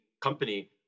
company